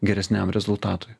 geresniam rezultatui